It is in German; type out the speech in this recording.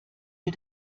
wir